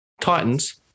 Titans